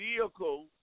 vehicle